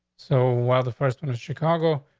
so while the first one of chicago,